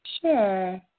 sure